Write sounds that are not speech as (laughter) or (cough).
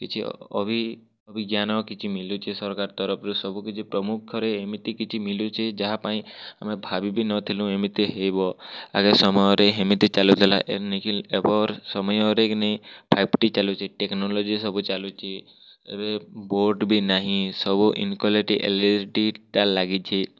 କିଛି ଅଭିଜ୍ଞାନ କିଛି ମିଳୁଛେ ସରକାର ତରଫରୁ ସବୁ କିଛି ପ୍ରମୁଖରେ ଏମିତି କିଛି ମିଳୁଛି ଯାହା ପାଇଁ ଆମେ ଭାବିବିନଥିଲୁ ଏମିତି ହେବ ଆଗ ସମୟରେ ଏମିତି ଚାଲୁଥିଲା ଏମିତି ଏବର ସମୟରେ କିନି ଫାଇଭ୍ ଟି ଚାଲୁଛି ଟେକ୍ନୋଲୋଜି ସବୁ ଚାଲୁଛି ଏବେ ବୋର୍ଡ଼ ବି ନାହିଁ ସବୁ ଇନକ୍ୱାଲିଟି (unintelligible) ଲାଗିଛି